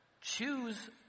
choose